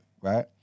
right